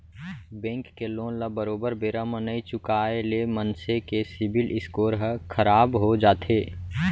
bank के loan ल बरोबर बेरा म नइ चुकाय ले मनसे के सिविल स्कोर ह खराब हो जाथे